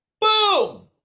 Boom